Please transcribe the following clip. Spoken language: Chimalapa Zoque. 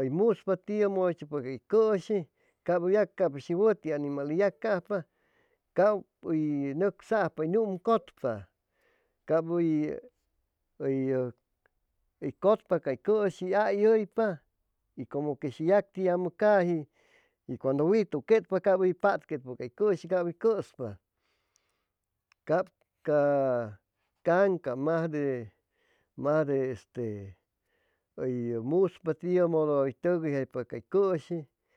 uy muspa tiene mudu chucpa cay cushi cab uy nucsaj'pa uy numcutpa cab uy cutpa cay cushi ay uypa y cumu que shi yacti yamu caji y cuandu wituquetpa cab ca kan mas de uy muspa tiu mudu tuguy'pa cay cushi